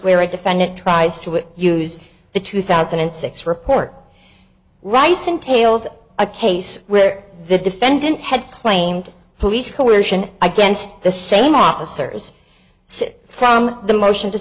where a defendant tries to use the two thousand and six report rice entailed a case where the defendant had claimed police coercion against the same officers sit from the motion to